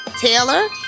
Taylor